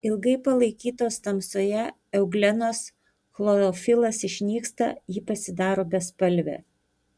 ilgai palaikytos tamsoje euglenos chlorofilas išnyksta ji pasidaro bespalvė